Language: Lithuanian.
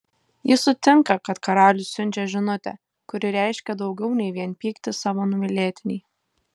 ji sutinka kad karalius siunčia žinutę kuri reiškia daugiau nei vien pyktį savo numylėtinei